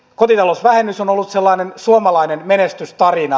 kotitalousvähennys on ollut sellainen suomalainen menestystarina